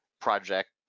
project